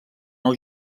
nou